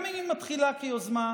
גם אם היא מתחילה כיוזמה פרטית.